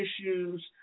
issues